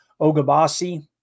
Ogabasi